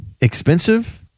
expensive